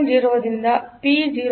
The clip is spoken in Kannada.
0 ರಿಂದ ಪಿ 0